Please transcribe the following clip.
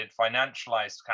financialized